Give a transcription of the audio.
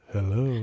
Hello